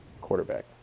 quarterback